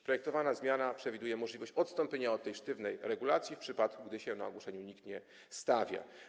Projektowana zmiana przewiduje możliwość odstąpienia od tej sztywnej regulacji, w przypadku gdy na ogłoszeniu nikt się nie stawia.